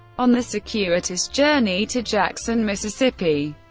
on the circuitous journey to jackson, mississippi.